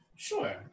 Sure